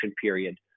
period